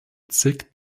zig